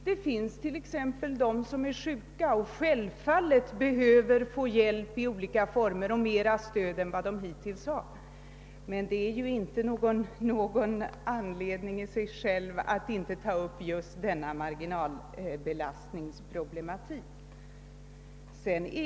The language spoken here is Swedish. Det finns t.ex. de som är sjuka och självfallet behöver få hjälp i olika former i större utsträckning än hittills, men det utgör inte någon anledning att inte ta upp marginalbelastningsproblematiken.